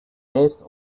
deaths